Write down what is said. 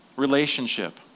relationship